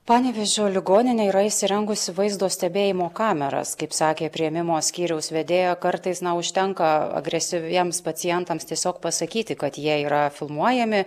panevėžio ligoninė yra įsirengusi vaizdo stebėjimo kameras kaip sakė priėmimo skyriaus vedėja kartais užtenka agresyviems pacientams tiesiog pasakyti kad jie yra filmuojami